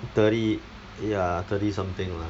thirty ya thirty something lah